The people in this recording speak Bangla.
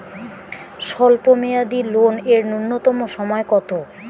স্বল্প মেয়াদী লোন এর নূন্যতম সময় কতো?